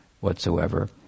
whatsoever